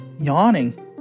yawning